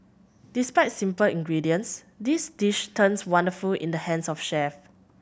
despite simple ingredients this dish turns wonderful in the hands of chef